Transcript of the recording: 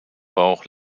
bauch